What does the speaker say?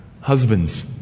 husbands